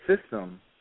system